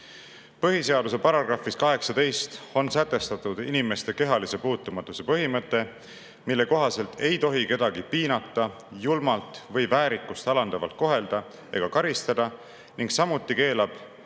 puudub. Põhiseaduse §‑s 18 on sätestatud inimeste kehalise puutumatuse põhimõte, mille kohaselt ei tohi kedagi piinata, julmalt või väärikust alandavalt kohelda ega karistada. Samuti keelab